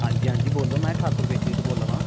आं जी आं जी बोलो में ठाकुर बेकरी दा बोला ना